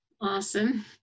awesome